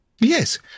Yes